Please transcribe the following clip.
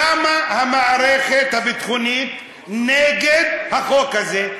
למה המערכת הביטחונית נגד החוק הזה,